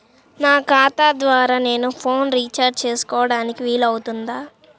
నా ఖాతా ద్వారా నేను ఫోన్ రీఛార్జ్ చేసుకోవడానికి వీలు అవుతుందా?